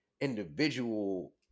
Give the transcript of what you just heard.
individual